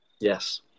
Yes